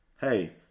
hey